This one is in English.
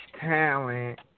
talent